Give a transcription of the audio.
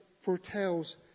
foretells